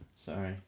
Sorry